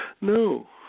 No